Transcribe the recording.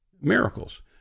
miracles